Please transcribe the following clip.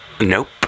Nope